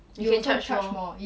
you will charge more